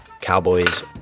Cowboys